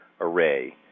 array